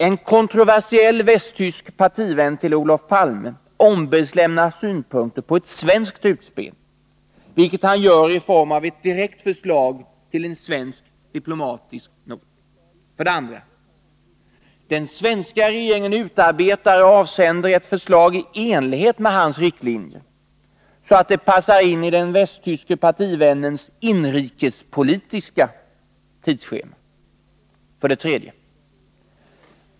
En kontroversiell västtysk partivän till Olof Palme ombeds lämna synpunkter på ett svenskt utspel, vilket han gör i form av ett direkt förslag till en svensk diplomatisk not. 2. Den svenska regeringen utarbetar och avsänder ett förslag i enlighet med hans riktlinjer så att det passar in i den västtyske partivännens inrikespolitiska tidsschema. 3.